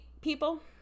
people